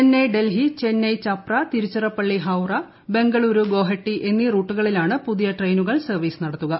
ചെന്നൈ ഡൽഹി ചെന്നൈ ചപ്ര തിരുച്ചിറപ്പള്ളി ഹൌറ ബംഗളുരു ഗോഹട്ടി എന്നീ റൂട്ടുകളിലാണ് പുതിയ ട്രെയിനുകൾ സർവ്വീസ് നടത്തുക